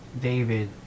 David